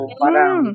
parang